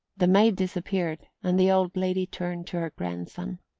the maid disappeared, and the old lady turned to her grandson.